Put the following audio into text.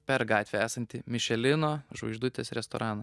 per gatvę esantį mišelino žvaigždutės restoraną